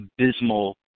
abysmal